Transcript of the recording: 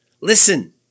Listen